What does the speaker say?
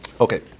Okay